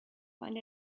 find